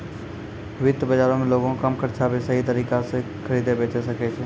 वित्त बजारो मे लोगें कम खर्चा पे सही तरिका से खरीदे बेचै सकै छै